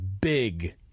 big